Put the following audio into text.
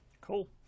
cool